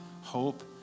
hope